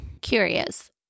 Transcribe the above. Curious